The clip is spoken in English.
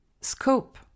scope